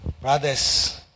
Brothers